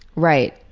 right.